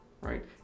right